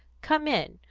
come in.